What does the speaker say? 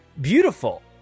Beautiful